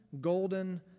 Golden